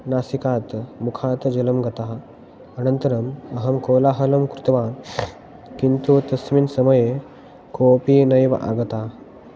नासिकात् मुखात् जलं गतम् अनन्तरम् अहं कोलाहलं कृतवान् किन्तु तस्मिन् समये कोपि नैव आगतः